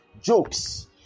jokes